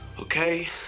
Okay